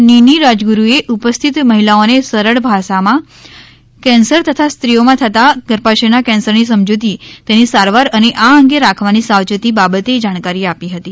નીની રાજગુરેએ ઉપસ્થિત મહિલાઓને સરળ ભાષામાં કેન્સર તથા સ્ત્રીઓમાં થતા ગર્ભાશ્યના કેન્સરની સમજૂતી તેની સારવાર અને આ અંગે રાખવાની સાવચેતી બાબતે જાણકારી આપી હતી